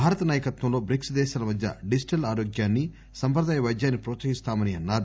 భారత్ నాయకత్వంలో బ్రిక్స్ దేశాల మధ్య డిజిటల్ ఆరోగ్యాన్ని సంప్రదాయ వైద్యాన్ని ప్రోత్సహిస్తుందని అన్నారు